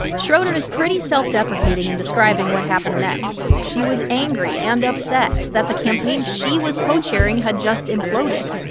schroeder is pretty self-deprecating in describing what happened next. she was angry and upset that the campaign she was co-chairing had just imploded.